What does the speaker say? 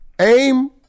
aim